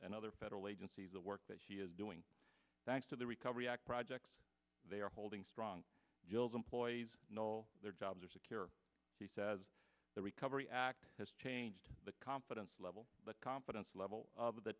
and other federal agencies the work that she is doing thanks to the recovery act projects they are holding strong bills employees know their jobs are secure she says the recovery act has changed the confidence level but confidence level of the